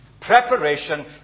Preparation